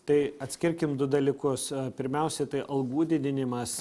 tai atskirkim du dalykus pirmiausia tai algų didinimas